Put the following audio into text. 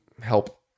help